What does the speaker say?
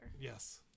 Yes